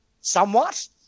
somewhat